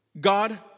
God